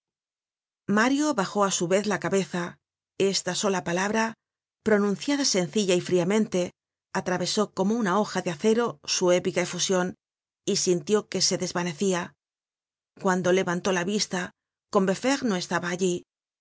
mario bajó á su vez la cabeza esta sola palabra pronunciada sencilla y friamente atravesó como una hoja de acero su épica efusion y sintió que se desvanecia cuando levantó la vista combeferre no estaba allí